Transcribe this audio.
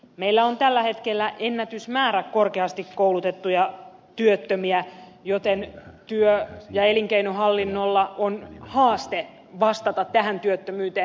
meillä on tällä hetkellä ennätysmäärä korkeasti koulutettuja työttömiä joten työ ja elinkeinohallinnolla on haaste vastata tähän työttömyyteen